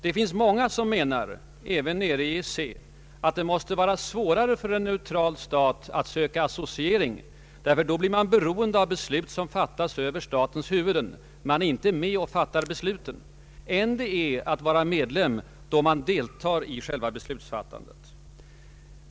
Det finns många som anser — även i EEC — att det är svårare för en neutral stat att vara associerad, eftersom den då blir beroende av beslut som fattas över dess huvud. Den är inte med och fattar besluten. Är den medlem, deltar den i själva beslutsfattandet.